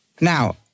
Now